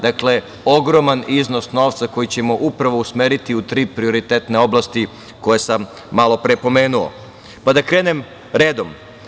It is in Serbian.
Dakle, ogroman iznos novca koji ćemo upravo usmeriti u tri prioritetne oblasti koje sam malopre pomenuo, pa da krenem redom.